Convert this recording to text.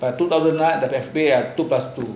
but two thousand nine separate pay ah two plus two